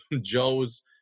joe's